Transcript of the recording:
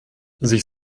sich